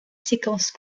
séquence